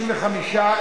35,